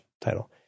title